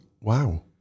Wow